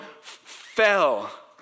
fell